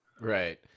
right